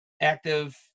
active